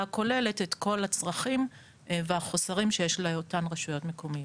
הכוללת את כל הצרכים והחוסרים שיש לאותן רשויות מקומיות.